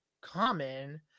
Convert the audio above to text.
common